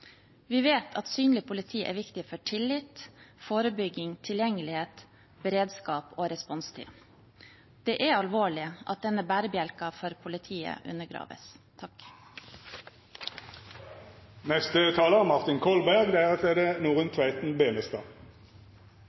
Vi vet at synlig politi er viktig for tillit, forebygging, tilgjengelighet, beredskap og responstid. Det er alvorlig at denne bærebjelken for politiet undergraves.